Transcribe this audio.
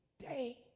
day